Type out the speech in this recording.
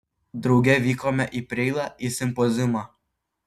drauge vykome į preilą į simpoziumą